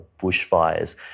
bushfires